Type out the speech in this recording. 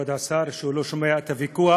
כבוד השר, שהוא לא שומע את הוויכוח,